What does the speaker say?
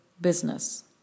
business